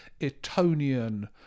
Etonian